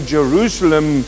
Jerusalem